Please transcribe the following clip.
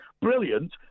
brilliant